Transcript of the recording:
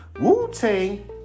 Wu-Tang